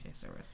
service